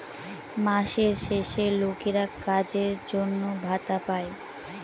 মাসের শেষে লোকেরা কাজের জন্য ভাতা পাই